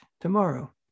tomorrow